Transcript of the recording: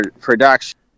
production